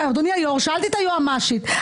בבקשה, אני לא מרשה להתייחס להערות ביניים.